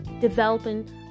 developing